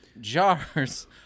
jars